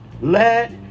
Let